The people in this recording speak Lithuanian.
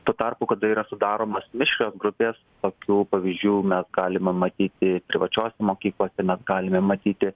tuo tarpu kada yra sudaromos mišrios grupės tokių pavyzdžių mes galime matyti privačiose mokyklose mes galime matyti